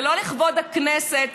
זה לא לכבוד הכנסת.